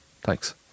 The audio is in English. Thanks